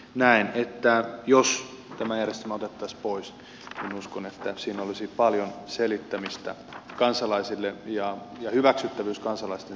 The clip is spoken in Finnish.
näen että jos tämä järjestelmä otettaisiin pois siinä olisi paljon selittämistä kansalaisille ja hyväksyttävyys kansalaisten silmissä vähenisi